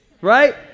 Right